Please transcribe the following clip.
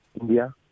India